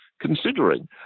considering